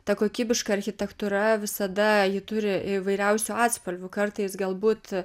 ta kokybiška architektūra visada ji turi įvairiausių atspalvių kartais galbūt